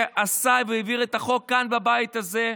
שעשה והעביר את החוק כאן בבית הזה,